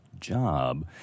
job